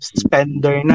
spender